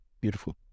beautiful